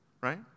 right